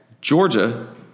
Georgia